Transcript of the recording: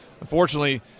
Unfortunately